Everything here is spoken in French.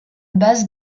base